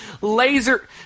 laser